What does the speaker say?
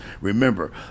Remember